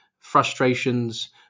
frustrations